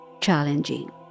challenging